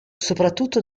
soprattutto